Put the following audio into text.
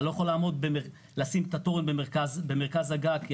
אתה לא יכול לשים את התורן במרכז הגג כי